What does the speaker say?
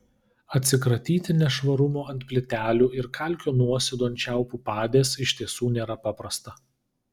atsikratyti nešvarumų ant plytelių ir kalkių nuosėdų ant čiaupų padės iš tiesų nėra paprasta